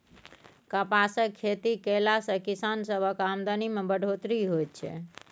कपासक खेती कएला से किसान सबक आमदनी में बढ़ोत्तरी होएत छै